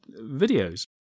videos